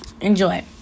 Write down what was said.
Enjoy